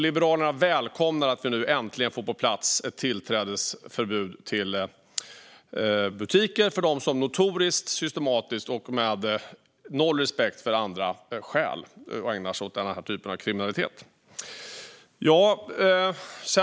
Liberalerna välkomnar att vi nu äntligen får ett tillträdesförbud till butiker på plats som gäller för dem som notoriskt, systematiskt och med noll respekt för andra stjäl och ägnar sig åt den här typen av kriminalitet.